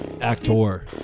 Actor